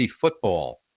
football